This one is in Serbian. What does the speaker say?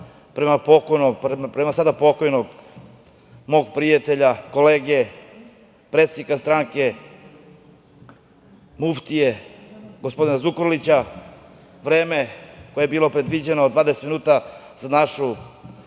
prema sada pokojnom mom prijatelju, kolegi, predsedniku stranke, muftije gospodina Zukorlića, vreme koje je bilo predviđeno od 20 minuta za našu